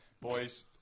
boys